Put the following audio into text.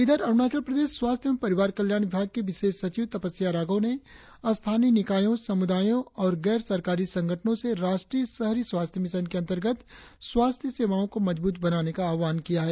इधर अरुणाचल प्रदेश स्वास्थ्य एंव परिवार कल्याण विभाग की विशेष सचिव तपस्या राघव ने स्थानीय निकायों समुदायों और गैर सरकारी संगठनों से राष्ट्रीय शहरी स्वास्थ्य मिशन के अंतर्गत स्वास्थ्य सेवाओं को मजबूत बनाने का आह्वान किया है